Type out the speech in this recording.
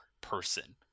person